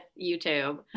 YouTube